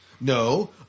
No